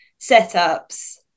setups